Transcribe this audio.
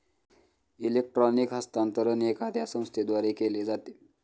electronic हस्तांतरण एखाद्या संस्थेद्वारे केले जाते